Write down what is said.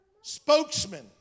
spokesman